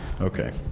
Okay